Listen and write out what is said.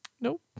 Nope